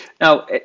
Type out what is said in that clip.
now